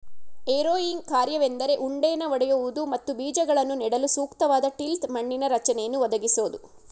harrowing ಕಾರ್ಯವೆಂದರೆ ಉಂಡೆನ ಒಡೆಯುವುದು ಮತ್ತು ಬೀಜಗಳನ್ನು ನೆಡಲು ಸೂಕ್ತವಾದ ಟಿಲ್ತ್ ಮಣ್ಣಿನ ರಚನೆಯನ್ನು ಒದಗಿಸೋದು